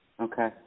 Okay